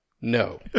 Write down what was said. No